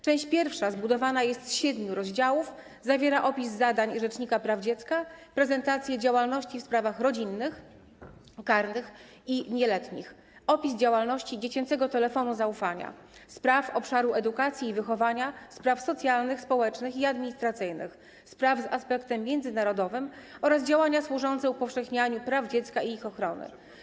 Część I zbudowana jest z siedmiu rozdziałów, zawiera opis zadań rzecznika praw dziecka, prezentację działalności w sprawach rodzinnych, karnych i dotyczących nieletnich, opis działalności dziecięcego telefonu zaufania, spraw obszaru edukacji i wychowania, spraw socjalnych, społecznych i administracyjnych, spraw z aspektem międzynarodowym oraz działań służących upowszechnianiu praw dziecka i ich ochrony.